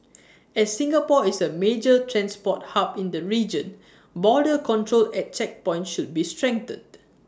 as Singapore is A major transport hub in the region border control at checkpoints should be strengthened